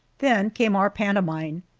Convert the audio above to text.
then came our pantomime.